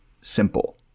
simple